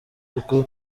kuko